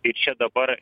ir čia dabar